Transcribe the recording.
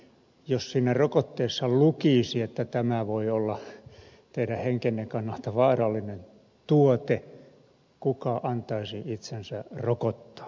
jos siinä rokotteessa lukisi että tämä voi olla teidän henkenne kannalta vaarallinen tuote kuka antaisi itsensä rokottaa